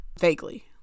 vaguely